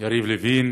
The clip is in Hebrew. יריב לוין,